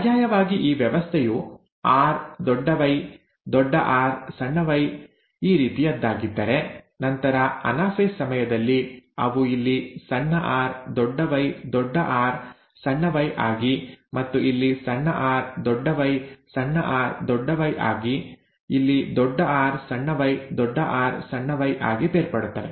ಪರ್ಯಾಯವಾಗಿ ಈ ವ್ಯವಸ್ಥೆಯು ಆರ್ ದೊಡ್ಡ ವೈ ದೊಡ್ಡ ಆರ್ ಸಣ್ಣ ವೈ ಈ ರೀತಿಯಾಗಿದ್ದರೆ ನಂತರ ಅನಾಫೇಸ್ ಸಮಯದಲ್ಲಿ ಅವು ಇಲ್ಲಿ ಸಣ್ಣ ಆರ್ ದೊಡ್ಡ ವೈ ದೊಡ್ಡ ಆರ್ ಸಣ್ಣ ವೈ ಆಗಿ ಮತ್ತು ಇಲ್ಲಿ ಸಣ್ಣ ಆರ್ ದೊಡ್ಡ ವೈ ಸಣ್ಣ ಆರ್ ದೊಡ್ಡ ವೈ ಆಗಿ ಇಲ್ಲಿ ದೊಡ್ಡ ಆರ್ ಸಣ್ಣ ವೈ ದೊಡ್ಡ ಆರ್ ಸಣ್ಣ ವೈ ಆಗಿ ಬೇರ್ಪಡುತ್ತವೆ